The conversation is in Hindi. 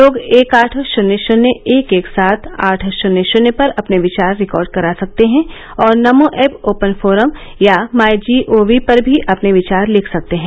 लोग एक आठ शून्य शून्य एक एक सात आठ शून्य शून्य पर अपने विचार रिकॉर्ड करा सकते हैं और नमो ऐप ओपन फोरम या माई जीओवी पर भी अपने विचार लिख सकते हैं